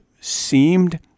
seemed